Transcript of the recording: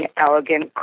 elegant